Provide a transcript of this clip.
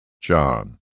John